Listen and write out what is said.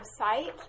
website